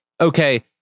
okay